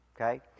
okay